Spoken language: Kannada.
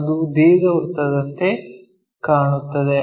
ಅದು ದೀರ್ಘವೃತ್ತದಂತೆ ಕಾಣುತ್ತದೆ